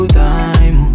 time